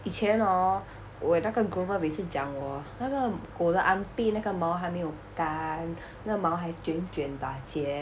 以前 hor 我那个 groomer 每次讲我那个狗的 armpit 那个毛还没有干那个毛还卷卷打劫